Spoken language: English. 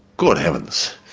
good heavens,